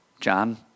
John